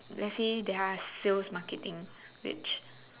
let's say there are sales marketing which